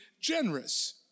generous